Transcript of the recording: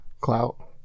clout